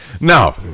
Now